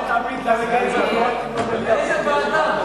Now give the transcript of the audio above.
איזה ועדה?